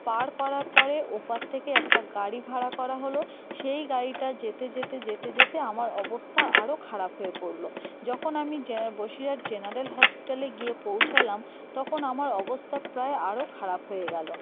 পার করার পরে ওপার থেকে একটা গাড়ি ভাড়া করা হলো সেই গাড়িটা যেতে যেতে যেতে যেতে আমার অবস্থা আরো খারাপ হয়ে পড়লো যখন আমি জেনা বসিরহাট জেনারেল হসপিটালে গিয়ে পৌঁছালাম তখন আমার অবস্থা প্রায় আরো খারাপ হয়ে গেলো